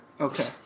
Okay